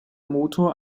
motor